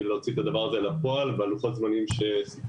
להוציא את הדבר הזה לפועל ועל לוחות הזמנים שסוכמו.